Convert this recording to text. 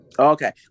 Okay